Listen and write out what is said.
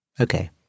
Okay